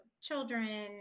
children